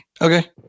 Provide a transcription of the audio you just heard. Okay